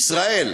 בישראל,